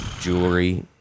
jewelry